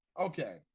Okay